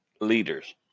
leaders